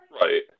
Right